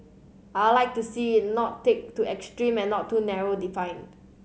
I'd like to see it not take to extreme and not too narrow defined